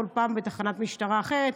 כל פעם בתחנת משטרה אחרת.